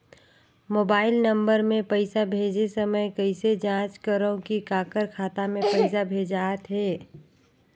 Mobile number मे पइसा भेजे समय कइसे जांच करव की काकर खाता मे पइसा भेजात हे?